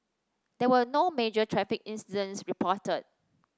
there were no major traffic incidents reported